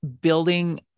building